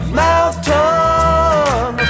mountain